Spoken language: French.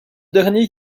dernier